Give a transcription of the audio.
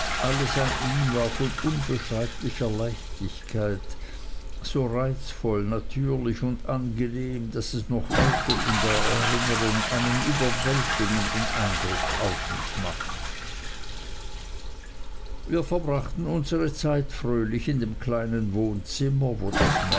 alles an ihm war von unbeschreiblicher leichtigkeit so reizvoll natürlich und angenehm daß es noch heute in der erinnerung einen überwältigenden eindruck auf mich macht wir verbrachten unsere zeit fröhlich in dem kleinen wohnzimmer wo das